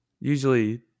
Usually